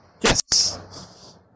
Yes